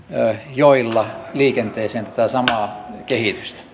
joilla liikenteeseen tätä samaa kehitystä